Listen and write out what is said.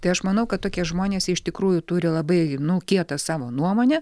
tai aš manau kad tokie žmonės iš tikrųjų turi labai nu kietą savo nuomonę